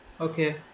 Okay